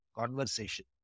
conversation